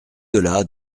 delà